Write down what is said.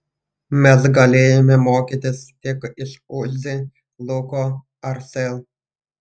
mes galėjome mokytis tik iš uzi luko ar sel